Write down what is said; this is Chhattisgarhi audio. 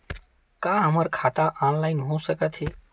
का हमर खाता ऑनलाइन हो सकथे?